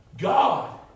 God